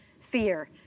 fear